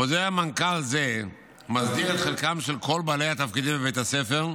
חוזר מנכ"ל זה מסדיר את חלקם של כל בעלי התפקידים בבית הספר,